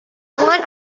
want